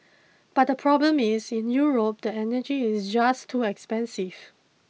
but the problem is in Europe the energy is just too expensive